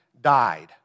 died